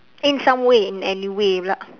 in some way in any way pula